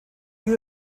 you